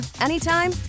anytime